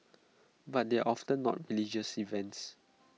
but they are often not religious events